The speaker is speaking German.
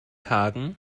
hagen